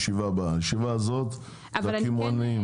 הישיבה הזאת היא על קמעונאים.